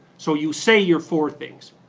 so you say you're for things,